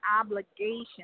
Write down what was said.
obligation